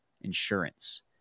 insurance